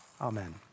Amen